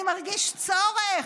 אני מרגיש צורך,